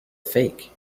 fake